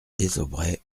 désaubrais